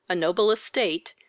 a noble estate,